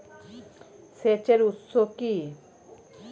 সেচের উৎস কি?